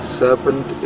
serpent